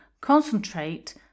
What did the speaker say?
concentrate